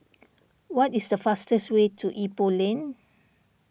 what is the fastest way to Ipoh Lane